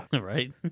right